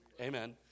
Amen